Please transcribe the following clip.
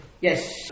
yes